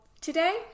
today